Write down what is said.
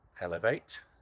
elevate